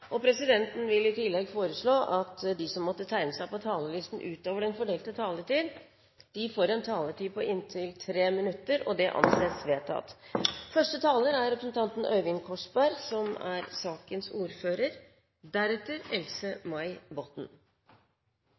vil presidenten foreslå at de som måtte tegne seg på talerlisten utover den fordelte taletid, får en taletid på inntil 3 minutter. – Det anses vedtatt. Saken vi behandler nå, er et representantforslag fra Else-May Botten,